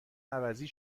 عوضی